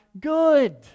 good